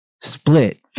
split